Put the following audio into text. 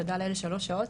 תודה לאל שלוש שעות.